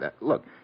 Look